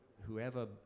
whoever